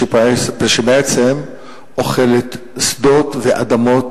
שבעצם אוכלת שדות ואדמות